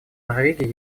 норвегии